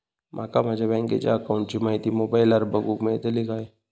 माका माझ्या बँकेच्या अकाऊंटची माहिती मोबाईलार बगुक मेळतली काय?